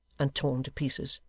and torn to pieces.